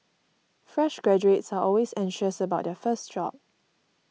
fresh graduates are always anxious about their first job